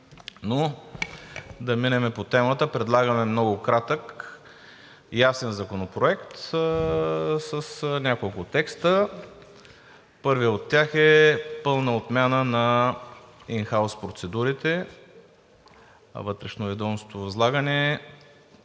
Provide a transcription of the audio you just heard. Но да минем по темата. Предлагаме много кратък, ясен законопроект с няколко текста. Първият от тях е пълна отмяна на ин хаус процедурите, вътрешноведомствено възлагане.